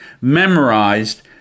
memorized